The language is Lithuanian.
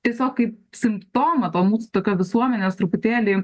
tiesiog kaip simptomą to mus tokia visuomenės truputėlį